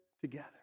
together